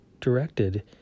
directed